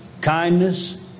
kindness